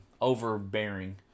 overbearing